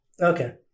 Okay